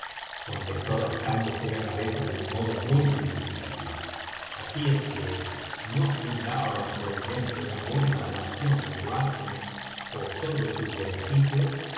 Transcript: contestó rascándose la cabeza de un modo muy significativo así es que no sin dar á la providencia una buena ración de gracias por todos sus beneficios